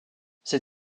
ces